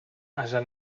ase